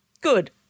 Good